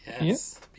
Yes